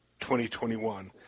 2021